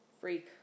Freak